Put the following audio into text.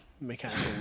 mechanical